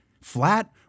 flat